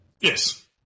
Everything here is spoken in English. Yes